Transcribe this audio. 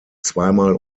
zweimal